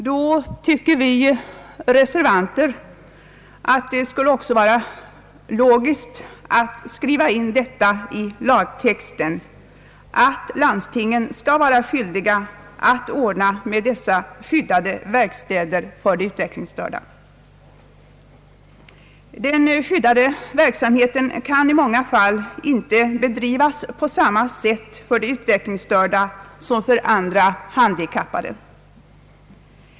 Vi reservanter anser att det vore 1ogiskt att också skriva in i lagtexten, att landstingen skall ha skyldighet att ordna arbete i skyddade verkstäder för de utvecklingsstörda. Den skyddade verksamheten kan i många fall inte bedrivas på samma sätt för utvecklingsstörda som för andra handikappade.